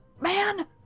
man